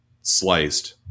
sliced